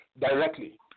directly